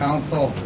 Council